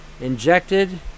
injected